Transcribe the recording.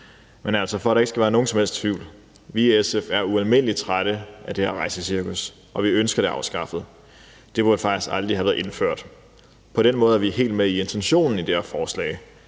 Men for at der ikke skal være nogen som helst tvivl, er vi i SF ualmindelig trætte af det her rejsecirkus og ønsker det afskaffet. Det burde faktisk aldrig have været indført. På den måde er vi helt med på intentionen i det her forslag,